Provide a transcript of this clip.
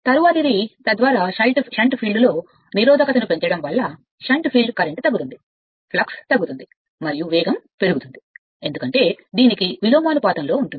తరువాతిది తద్వారా షంట్ ఫీల్డ్లో నిరోధకతను పెంచడం వల్ల షంట్ ఫీల్డ్ కరెంట్ తగ్గుతుంది ఫ్లక్స్ తగ్గుతుంది మరియు వేగం పెరుగుతుంది ఎందుకంటే దీనికి విలోమానుపాతంలో ఉంటుంది